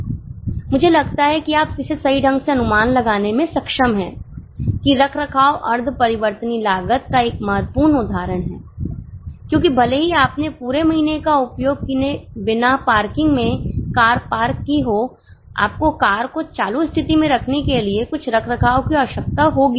मुझे लगता है कि आप इसे सही ढंग से अनुमान लगाने में सक्षम हैं कि रखरखाव अर्ध परिवर्तनीय लागत का एक महत्वपूर्ण उदाहरण है क्योंकि भले ही आपने पूरे महीने का उपयोग किए बिना पार्किंग में कार पार्क की हो आपको कार को चालू स्थिति में रखने के लिए कुछ रखरखाव की आवश्यकता होगी